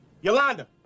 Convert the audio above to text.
Yolanda